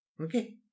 Okay